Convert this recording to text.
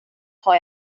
tar